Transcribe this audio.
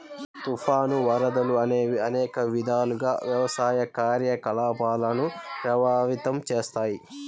తుఫాను, వరదలు అనేవి అనేక విధాలుగా వ్యవసాయ కార్యకలాపాలను ప్రభావితం చేస్తాయి